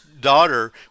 daughter